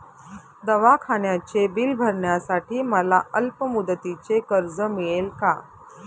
दवाखान्याचे बिल भरण्यासाठी मला अल्पमुदतीचे कर्ज मिळेल का?